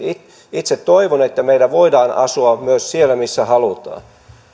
itse toivon että meillä voidaan asua myös siellä missä halutaan